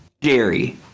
Jerry